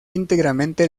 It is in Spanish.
íntegramente